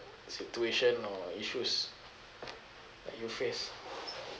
situation or issues that you face